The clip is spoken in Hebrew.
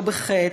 ראשיתו בחטא,